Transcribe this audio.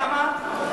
למה?